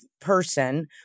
person